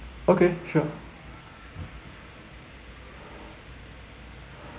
okay sure